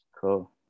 Cool